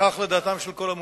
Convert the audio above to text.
כך לדעתם של כל המומחים.